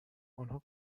آنها